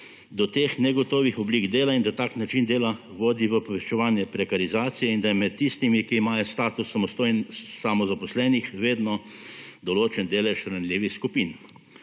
da teh negotovih oblik dela in da tak način dela vodi v povečevanje prekarizacije in da je med tistimi, ki imajo status samozaposlenih vedno določen delež ranljivih skupin.